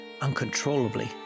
uncontrollably